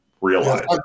realize